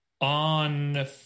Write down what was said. On